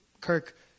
Kirk